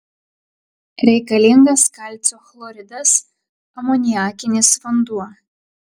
reikalingas kalcio chloridas amoniakinis vanduo